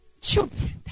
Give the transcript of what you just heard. children